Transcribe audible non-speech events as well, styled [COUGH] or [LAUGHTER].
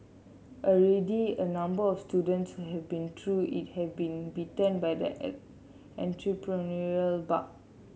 already a number of students who have been through it have been bitten by the [UNINTELLIGIBLE] entrepreneurial bug